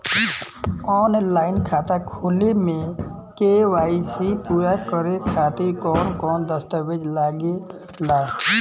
Online खाता खोले में के.वाइ.सी पूरा करे खातिर कवन कवन दस्तावेज लागे ला?